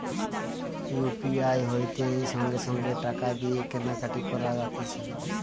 UPI হইতে সঙ্গে সঙ্গে টাকা দিয়ে কেনা কাটি করা যাতিছে